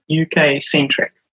UK-centric